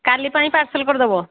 କାଲି ପାଇଁ ପାର୍ସଲ କରିଦେବ